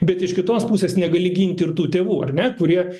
bet iš kitos pusės negali gint ir tų tėvų ar ne kurie